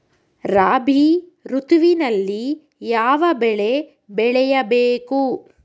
ರಾಬಿ ಋತುವಿನಲ್ಲಿ ಯಾವ ಬೆಳೆ ಬೆಳೆಯ ಬೇಕು?